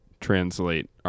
translate